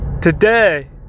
Today